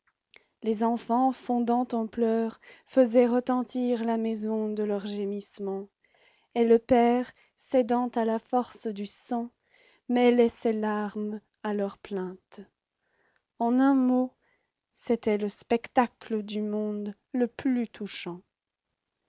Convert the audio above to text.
les enfants fondant en pleurs faisaient retentir la maison de leurs gémissements et le père cédant à la force du sang mêlait ses larmes à leurs plaintes en un mot c'était le spectacle du monde le plus touchant